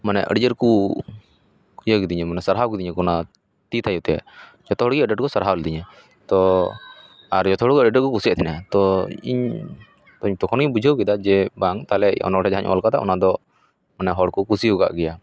ᱢᱟᱱᱮ ᱟᱹᱰᱤ ᱡᱳᱨ ᱠᱚ ᱤᱭᱟᱹ ᱠᱤᱫᱤᱧᱟ ᱢᱟᱱᱮ ᱥᱟᱨᱦᱟᱣ ᱠᱤᱫᱤᱧᱟ ᱠᱚ ᱚᱱᱟ ᱛᱤ ᱛᱷᱟᱭᱚ ᱛᱮ ᱡᱚᱛᱚ ᱦᱚᱲ ᱜᱮ ᱟᱹᱰᱤ ᱟᱸᱴ ᱠᱚ ᱥᱟᱨᱦᱟᱣ ᱞᱮᱫᱤᱧᱟ ᱛᱳ ᱟᱨ ᱡᱚᱛᱚ ᱦᱚᱲ ᱜᱮ ᱟᱹᱰᱤ ᱟᱸᱴ ᱠᱚ ᱠᱩᱥᱤᱭᱟᱫ ᱛᱟᱦᱮᱸᱱᱟ ᱛᱳ ᱤᱧ ᱛᱚᱠᱷᱚᱱ ᱜᱤᱧ ᱵᱩᱡᱷᱟᱹᱣ ᱠᱮᱫᱟ ᱡᱮ ᱵᱟᱝ ᱛᱟᱦᱚᱞᱮ ᱚᱱᱚᱲᱦᱮᱸ ᱡᱟᱦᱟᱸᱧ ᱚᱞ ᱟᱠᱟᱫᱟ ᱚᱱᱟ ᱫᱚ ᱢᱟᱱᱮ ᱦᱚᱲ ᱠᱚ ᱠᱩᱥᱤ ᱟᱠᱟᱫ ᱜᱮᱭᱟ